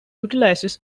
utilizes